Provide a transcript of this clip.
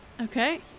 Okay